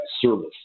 service